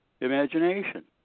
imagination